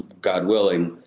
god willing,